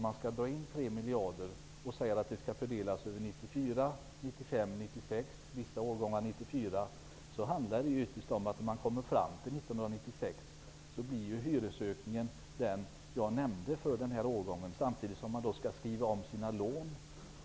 Man skall dra in tre miljarder och fördela besparingarna över 1994 -- det gäller vissa årgångar av bostäder -- 1995 och 1996. När vi kommer fram till 1996 blir hyresökningen den jag nämnde för den aktuella årgången. Samtidigt skall lånen omskrivas.